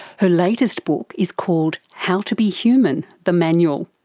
her latest book is called how to be human the manual.